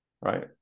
right